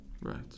Right